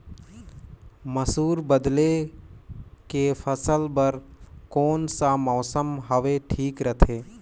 मसुर बदले के फसल बार कोन सा मौसम हवे ठीक रथे?